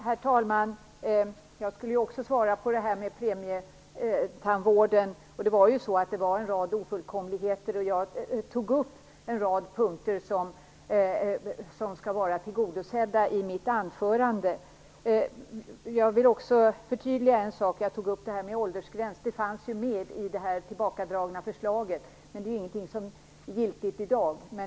Herr talman! Jag skall också svara på frågan om premietandvården. Det var en rad ofullkomligheter i förslaget. I mitt anförande tog jag upp en rad punkter som skall vara tillgodosedda. Jag vill förtydliga en sak. Jag tog upp detta med en åldersgräns. Det fanns ju med i det tillbakadragna förslaget, men det är ju ingenting som är giltigt i dag.